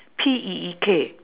P E E K